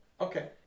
Okay